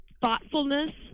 thoughtfulness